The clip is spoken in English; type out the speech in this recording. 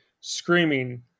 screaming